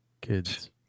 Kids